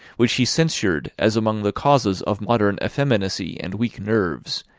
which he censured as among the causes of modern effeminacy and weak nerves,